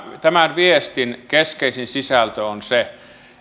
tämän viestin keskeisin sisältö on se